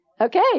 Okay